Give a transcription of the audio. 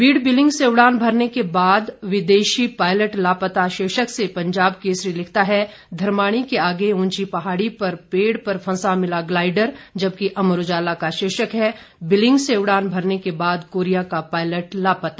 बीड़ बिलिंग से उड़ान भरने के बाद विदेशी पायलट लापता शीर्षक से पंजाब केसरी लिखता है धरमाणी के आगे ऊंची पहाड़ी पर पेड़ पर फंसा मिला ग्लाइडर जबकि अमर उजाला का शीर्षक है बिलिंग से उड़ान भरने के बाद कोरिया का पायलट लापता